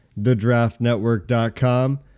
thedraftnetwork.com